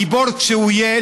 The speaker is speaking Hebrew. גיבור ככל שיהיה,